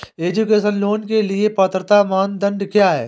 Education loan के लिए पात्रता मानदंड क्या है?